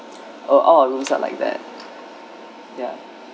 oh all our rooms are like that ya